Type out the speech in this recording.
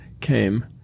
came